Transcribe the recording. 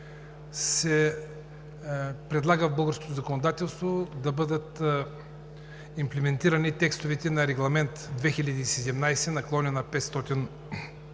се предлага в българското законодателство да бъдат имплементирани текстовете на Регламент 2017/352, като